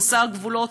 חסר גבולות,